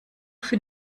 für